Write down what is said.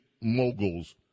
moguls